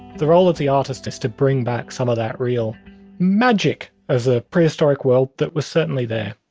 the role of the artist is to bring back some of that real magic of the prehistoric world that was certainly there